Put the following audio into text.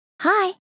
Hi